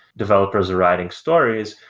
developers are writing stories,